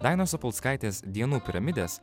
dainos opolskaitės dienų piramidės